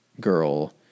girl